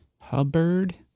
Hubbard